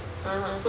(uh huh)